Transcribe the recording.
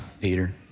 Peter